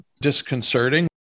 disconcerting